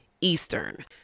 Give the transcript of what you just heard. Eastern